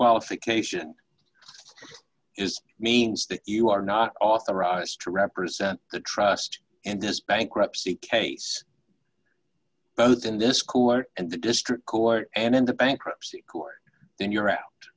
qualification is means that you are not authorized to represent the trust and this bankruptcy case both in this court and the district court and in the bankruptcy court then you're out